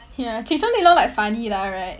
ya ching chong ding dong like funny lah right